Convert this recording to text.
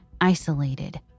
Isolated